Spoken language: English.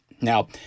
Now